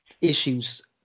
issues